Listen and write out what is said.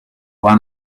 want